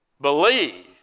believe